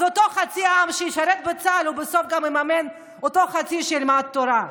אז אותו חצי העם שישרת בצה"ל בסוף גם מממן את אותו החצי שלומד תורה.